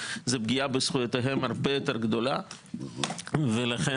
זה פגיעה הרבה יותר גדולה בזכויותיהם.